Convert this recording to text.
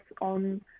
on